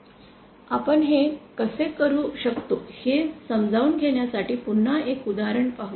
आपण हे कसे करू शकतो हे समजून घेण्यासाठी पुन्हा एक उदाहरण पाहू